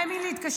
היה עם מי להתקשר.